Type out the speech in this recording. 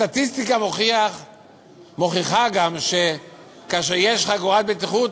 הסטטיסטיקה מוכיחה גם שכאשר יש חגורת בטיחות,